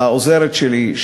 העוזרת שלי,